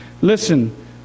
Listen